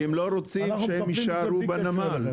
כי הם לא רוצים שהם יישארו בנמל.